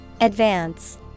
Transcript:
Advance